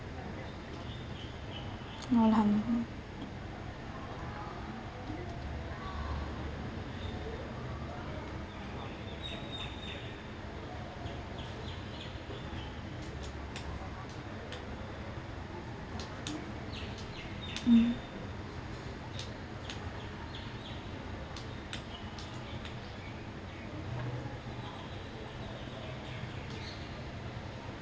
mm